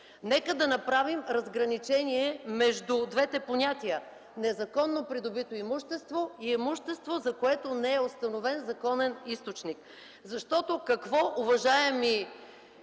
Нека да направим разграничение между двете понятия – незаконно придобито имущество и имущество, за което не е установен законен източник. Защото, уважаеми